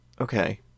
Okay